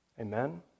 amen